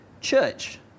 church